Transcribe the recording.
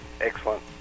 excellent